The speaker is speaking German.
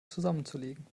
zusammenzulegen